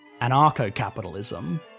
anarcho-capitalism